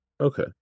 Okay